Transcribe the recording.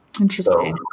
Interesting